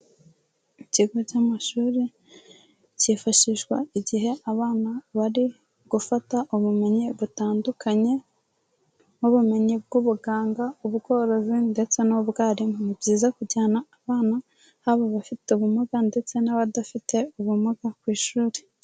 Ikigo cy'amashuri cyifashishwa igihe abana bari gufata ubumenyi butandukanye nk'ubumenyi bw'ubuganga, ubworozi ndetse n'ubwarimu. Ni byiza kujyana abana nk'abafite ubumuga ndetse n'abadafite ubumuga ku ishuri.